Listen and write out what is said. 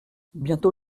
bientôt